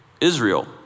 Israel